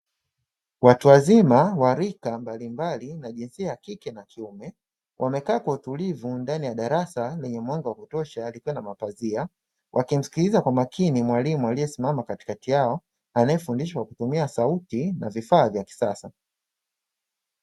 Watu wazima wa rika mbalimbali na jinsia ya kike na kiume, wamekaa kwa utulivu ndani ya darasa lenye mwanga wa kutosha likiwa na mapazia, wakimsikiliza kwa makini mwalimu aliyesimama katikati yao, anayefundisha kwa kutumia sauti na vifaa vya kisasa.